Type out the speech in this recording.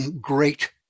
great